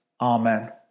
Amen